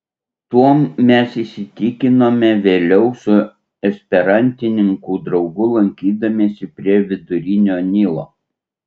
tuom mes įsitikinome vėliau su esperantininkų draugu lankydamiesi prie vidurinio nilo